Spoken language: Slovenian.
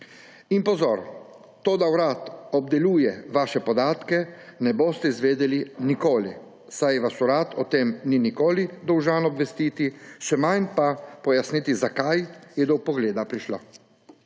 In pozor! To, da urad obdeluje vaše podatke, ne boste izvedeli nikoli, saj vas urad o tem ni nikoli dolžan obvestiti, še manj pa pojasniti, zakaj je do vpogleda prišlo.